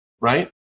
right